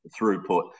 throughput